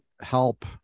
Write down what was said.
Help